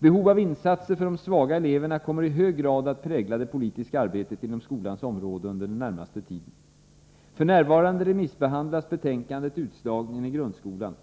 Behov av insatser för de svaga eleverna kommer i hög grad att prägla det politiska arbetet inom skolans område under den närmaste tiden. F.n. remissbehandlas betänkandet Utslagningen i grundskolan.